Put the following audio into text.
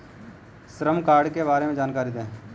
श्रम कार्ड के बारे में जानकारी दें?